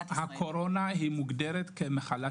בהגדרה האם הקורונה מוגדרת מחלת